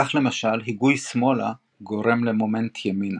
כך למשל, היגוי שמאלה גורם למומנט ימינה.